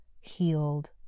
healed